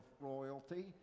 royalty